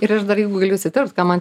ir aš dar galiu įsiterpt ką man